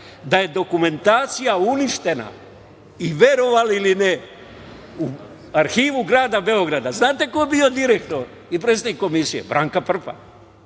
da je dokumentacija uništena. Verovali ili ne, u Arhivu grada Beograda znate koje je bio direktor i predsednik komisije? Branka Prpa.